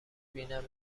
بینن